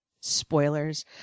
spoilers